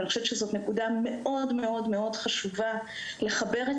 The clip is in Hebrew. ואני חושבת שחשוב מאוד מאוד מאוד לחבר את